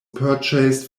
purchased